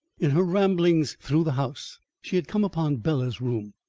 in her ramblings through the house she had come upon bela's room.